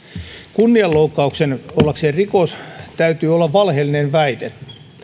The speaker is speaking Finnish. kunnianloukkauksen ollakseen rikos täytyy olla valheellinen väite